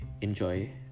enjoy